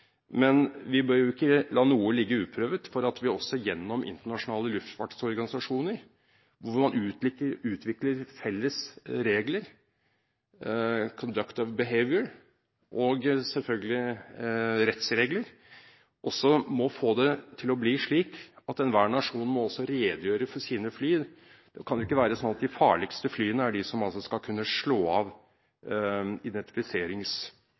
men vi bør ikke la noe ligge uprøvd for at vi også gjennom internasjonale luftfartsorganisasjoner, hvor man utvikler felles regler, «conduct of behaviour», og selvfølgelig rettsregler, får det til å bli slik at enhver nasjon må redegjøre for sine fly. Det kan ikke være slik at de farligste flyene er de som skal kunne slå av